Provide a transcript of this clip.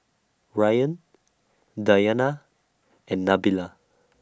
Ryan Dayana and Nabila